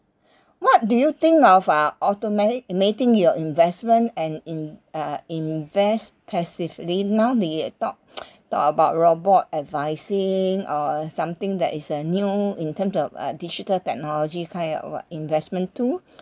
what do you think of uh automatic ~mating your investment and in~ uh invest passively now they'd talk talk the about robot advising uh something that is a new in terms of uh digital technology kind of uh investment tool